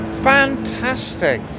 Fantastic